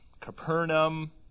Capernaum